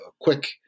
quick –